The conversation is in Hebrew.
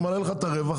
זה מעלה לך את הרווח,